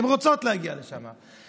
הן רוצות להגיע לשם.